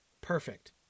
Perfect